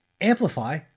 amplify